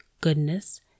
goodness